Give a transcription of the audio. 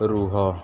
ରୁହ